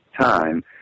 time